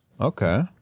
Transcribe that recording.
Okay